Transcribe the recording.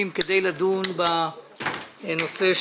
(הישיבה נפסקה בשעה 22:46 ונתחדשה בשעה 00:20.)